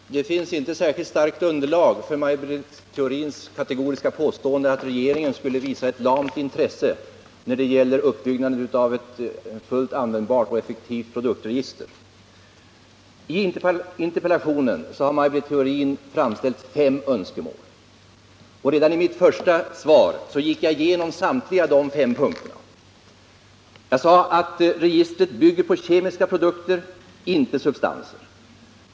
Herr talman! Det finns inte något särskilt starkt underlag för Maj Britt Theorins kategoriska påstående att regeringen skulle visa ett lamt intresse när det gäller uppbyggnaden av ett fullt användbart och effektivt produktregister. I interpellationen har Maj Britt Theorin framställt fem önskemål. Redan i mitt första svar gick jag igenom de fem punkterna. Jag sade att registret bygger på kemiska produkter, inte på substanser.